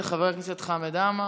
של חבר הכנסת חמד עמאר.